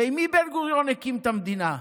ועם מי בן-גוריון הקים את המדינה?